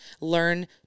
learn